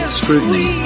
scrutiny